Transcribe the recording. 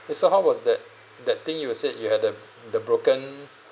eh so how was that that thing you said you had the the broken